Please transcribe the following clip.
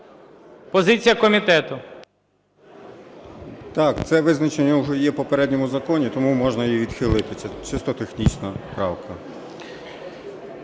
МАРУСЯК О.Р. Так, це визначення уже є в попередньому законі, тому можна її відхилити. Це чисто технічна правка.